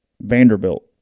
Vanderbilt